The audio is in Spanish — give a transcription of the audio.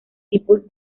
tipos